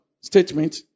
statement